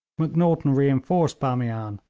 macnaghten reinforced bamian,